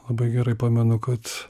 labai gerai pamenu kad